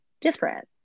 different